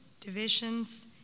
divisions